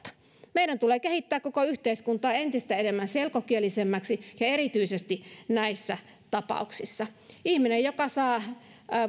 meidän tulee kehittää koko yhteiskuntaa entistä enemmän selkokieliseksi ja erityisesti näissä tapauksissa ihmisen joka saa